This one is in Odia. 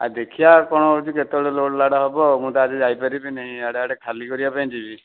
ଆଉ ଦେଖିଆ କ'ଣ ହଉଛି କେତବେଳେ ଲୋଡ଼୍ଲାଡ଼୍ ହେବ ଆଉ ମୁଁ ତ ଆଜି ଯାଇପାରିବିନି ଇଆଡ଼େ ଇଆଡ଼େ ଖାଲି କରିବାପାଇଁ ଯିବି